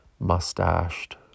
Mustached